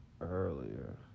earlier